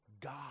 God